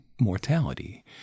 mortality